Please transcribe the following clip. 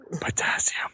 Potassium